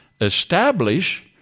establish